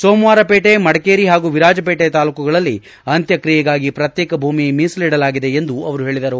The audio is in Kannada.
ಸೋಮವಾರ ಪೇಟೆ ಮಡಿಕೇರಿ ಪಾಗೂ ವಿರಾಜಪೇಟೆ ತಾಲೂಕುಗಳಲ್ಲಿ ಅಂತ್ಯಕ್ಷಿಯೆಗಾಗಿ ಪ್ರತ್ಯೇಕ ಭೂಮಿ ಮೀಸಲಿಡಲಾಗಿದೆ ಎಂದು ಅವರು ಹೇಳದರು